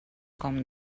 com